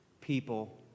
people